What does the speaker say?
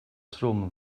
trwm